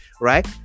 right